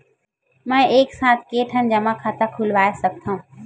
मैं एक साथ के ठन जमा खाता खुलवाय सकथव?